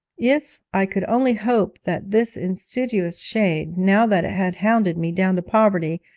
if i could only hope that this insidious shade, now that it had hounded me down to poverty,